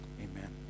Amen